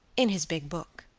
in his big book,